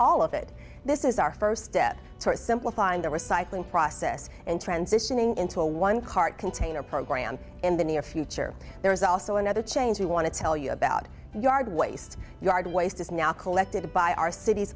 all of it this is our first step towards simplifying the recycling process and transitioning into a one cart container program in the near future there is also another change we want to tell you about yard waste yard waste is now collected by our cit